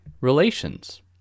relations